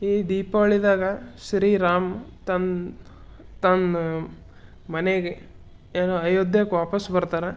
ಈ ದೀಪಾವಳಿದಾಗ ಶ್ರೀರಾಮ ತನ್ನ ತನ್ನ ಮನೆಗೆ ಏನು ಅಯೋಧ್ಯಕ್ಕೆ ವಾಪಸ್ ಬರ್ತಾರೆ